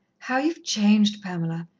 how you've changed, pamela!